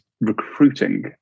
recruiting